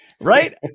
right